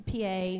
PA